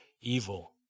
evil